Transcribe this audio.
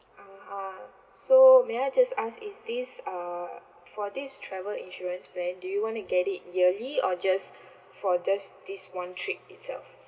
(uh huh) so may I just ask is this err for this travel insurance plan do you want to get it yearly or just for just this one trip itself